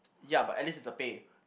ya but at least it's a pay